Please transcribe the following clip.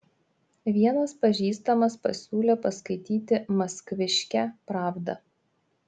vienas pažįstamas pasiūlė paskaityti maskviškę pravdą